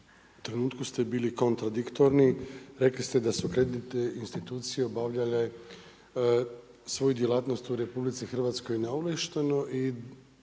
trenutku ste bili kontradiktorni, rekli ste da su kreditne institucije obavljale svoju djelatnost u RH neovlašteno